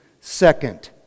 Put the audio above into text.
second